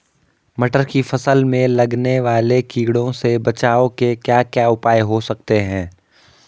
मटर की फसल में लगने वाले कीड़ों से बचाव के क्या क्या उपाय हो सकते हैं?